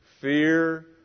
fear